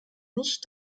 nicht